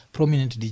Prominent